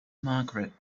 margaret